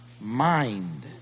mind